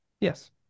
yes